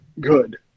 Good